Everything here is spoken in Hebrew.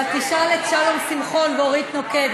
אבל תשאל את שלום שמחון ואת אורית נוקד,